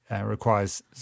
requires